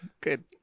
good